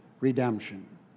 redemption